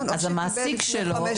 אז המעסיק שלו,